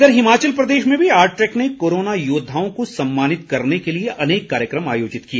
इधर हिमाचल प्रदेश में भी आरट्रेक ने कोरोना योद्धाओं को सम्मानित करने के लिए अनेक कार्यक्रम आयोजित किए